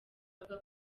bavuga